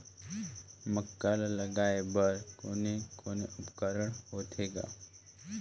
मक्का ला लगाय बर कोने कोने उपकरण होथे ग?